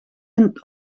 hun